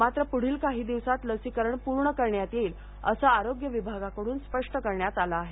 मात्र पुढील काही दिवसात लसीकरण पूर्ण करण्याचे येईल असे आरोग्य विभागाकडून स्पष्ट करण्यात आले आहे